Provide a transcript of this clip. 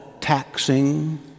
taxing